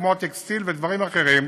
כמו הטקסטיל ודברים אחרים,